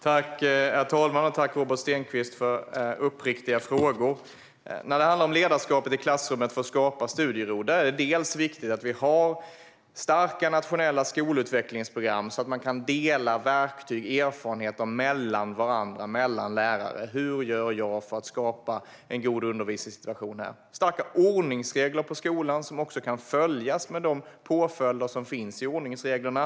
Herr talman! Tack, Robert Stenkvist, för uppriktiga frågor! När det handlar om ledarskap i klassrummet för att skapa studiero är det dels viktigt att vi har starka nationella skolutvecklingsprogram, så att man kan dela verktyg och erfarenheter med varandra, lärare emellan. Det handlar om hur man ska göra för att skapa en god undervisningssituation. Det är viktigt med starka ordningsregler på skolan som också kan följas, med de påföljder som finns i ordningsreglerna.